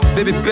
Baby